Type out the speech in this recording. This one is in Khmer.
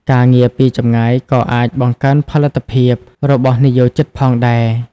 ការងារពីចម្ងាយក៏អាច បង្កើនផលិតភាព របស់និយោជិតផងដែរ។